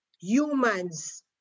humans